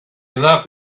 not